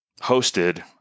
hosted